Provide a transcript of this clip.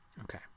Okay